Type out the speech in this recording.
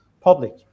public